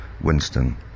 Winston